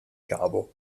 cavo